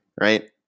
right